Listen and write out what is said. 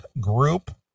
group